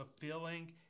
fulfilling